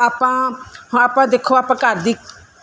ਵੀ ਆਪਾਂ ਹੁਣ ਆਪਾਂ ਦੇਖੋ ਆਪਾਂ ਘਰ ਦੀ